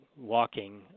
walking